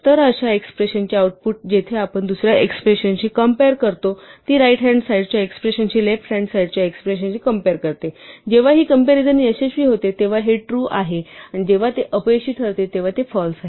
तर अशा एक्स्प्रेशन चे आउटपुट जेथे आपण दुसर्या एक्स्प्रेशन शी कंपेर करतो ती राईट हॅन्ड साइड च्या एक्स्प्रेशन शी लेफ्ट हॅन्ड साईड च्या एक्स्प्रेशन ची कंपेर करते जेव्हा ही कॅम्पॅरिझन यशस्वी होते तेव्हा हे ट्रू आहे आणि जेव्हा ते अपयशी ठरते तेव्हा ते फाल्स आहे